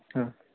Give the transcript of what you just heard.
ಹಾಂ